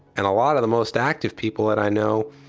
and a lot of the most active people that i know